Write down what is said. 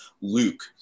Luke